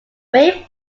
wave